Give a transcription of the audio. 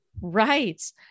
Right